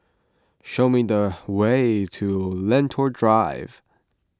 show me the way to Lentor Drive